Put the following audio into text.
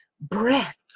breath